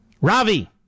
Ravi